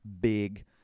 big